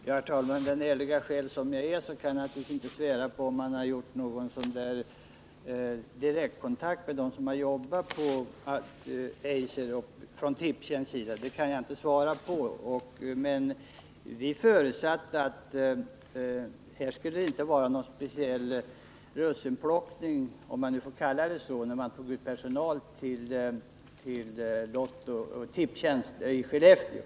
Herr talman! Eftersom jag är en ärlig själ kan jag naturligtvis inte svära på om man på Tipstjänst har haft någon direktkontakt med dem som har arbetat på Eiser. Vi förutsatte emellertid att det inte skulle vara någon speciell russinplockning, om man nu får kalla det så när det är fråga om att ta ut personal till Tipstjänst i Skellefteå.